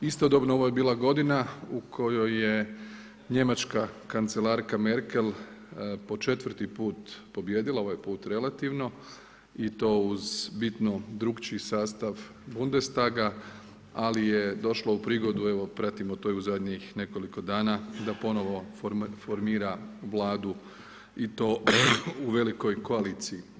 Istodobno ovo je bila godina u kojoj je njemačka kancelarka Merkel po četvrti put pobijedila, ovaj put relativno i to uz bitno drukčiji sastav Bundestaga, ali je došla u prigodu, evo pratimo to i u zadnjih nekoliko dana da ponovno formira Vladu i to u velikoj koaliciji.